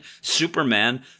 superman